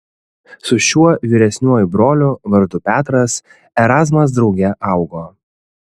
su šiuo vyresniuoju broliu vardu petras erazmas drauge augo